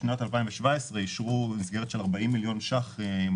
בשנת 2017 אישרו מסגרת של 40 מיליון שקלים,